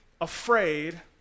afraid